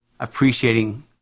appreciating